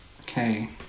Okay